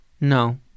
no